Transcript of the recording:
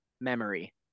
memory